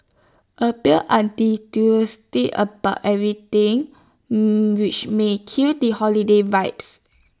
appears about everything which may kill the holiday vibes